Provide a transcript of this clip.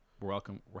welcome